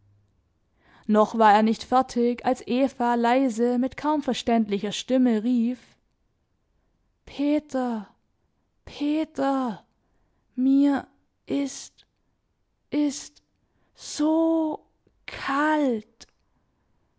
noch war er nicht fertig als eva leise mit kaum verständlicher stimme rief peter peter mir ist ist sooo ka alt